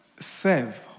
Serve